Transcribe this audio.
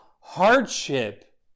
hardship